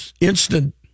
instant